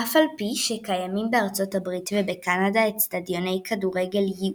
אף על פי שקיימים בארצות הברית ובקנדה אצטדיוני כדורגל ייעודיים,